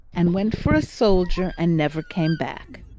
and went for a soldier, and never came back.